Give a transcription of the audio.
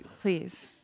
Please